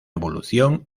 evolución